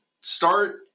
Start